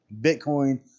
Bitcoin